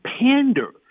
pander